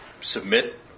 submit